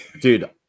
Dude